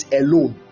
alone